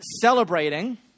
celebrating